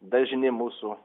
dažni mūsų